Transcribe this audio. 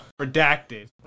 Redacted